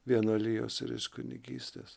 vienuolijos ar iš kunigystės